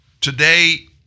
Today